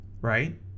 right